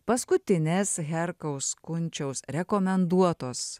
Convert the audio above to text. paskutinės herkaus kunčiaus rekomenduotos